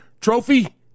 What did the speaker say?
trophy